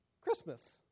Christmas